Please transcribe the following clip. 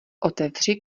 otevři